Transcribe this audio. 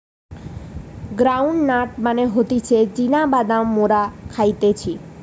ground nut মানে হতিছে চীনা বাদাম মোরা খাইতেছি